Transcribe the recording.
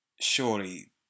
surely